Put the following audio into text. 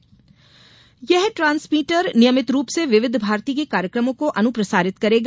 यह FM transmitter नियमित रूप से विविध भारती के कार्यक्रमों को अनुप्रसारित करेगा